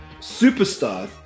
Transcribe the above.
superstar